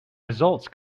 results